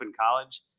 college